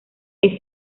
ese